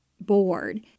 board